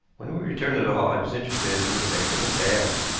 when we returned to the hall he was interested in the sticks in the stand.